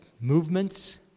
movements